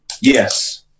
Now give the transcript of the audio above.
yes